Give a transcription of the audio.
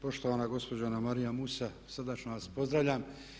Poštovana gospođo Anamarija Musa, srdačno vas pozdravljam.